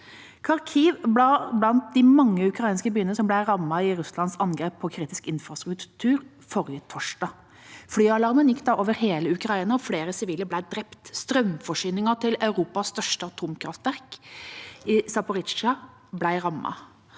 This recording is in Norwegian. som ble rammet i Russlands angrep på kritisk infrastruktur forrige torsdag. Flyalarmen gikk da over hele Ukraina, og flere sivile ble drept. Strømforsyningen til Europas største atomkraftverk i